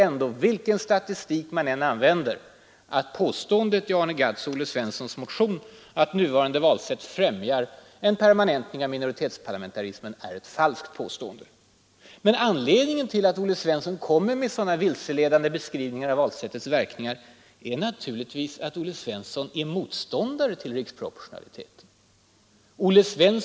Men vilken statistik man än använder står det klart att Arne Gadds och Olle Svenssons påstående är falskt, när man i en motion säger att nuvarande valsätt främjar en ”permanentning av minoritetsparlamentarismen”. Anledningen till att herr Svensson kommer med sådana vilseledande beskrivningar av valsättets verkningar är naturligtvis att han är motståndare till riksproportionalismen.